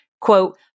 quote